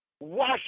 Wash